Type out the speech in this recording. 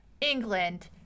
England